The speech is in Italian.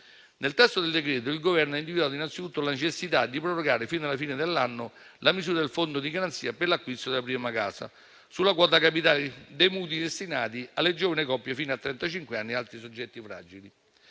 Nel testo del decreto-legge il Governo ha individuato innanzitutto la necessità di prorogare fino alla fine dell’anno la misura del Fondo di garanzia per l’acquisto della prima casa sulla quota capitale dei mutui destinati alle giovani coppie fino a trentacinque anni e ad altri soggetti fragili.